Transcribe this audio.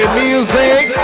music